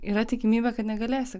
yra tikimybė kad negalėsi